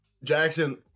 Jackson